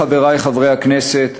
חברי חברי הכנסת,